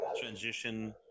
transition